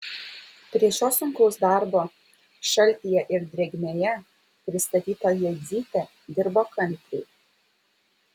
prie šio sunkaus darbo šaltyje ir drėgmėje pristatyta jadzytė dirbo kantriai